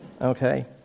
Okay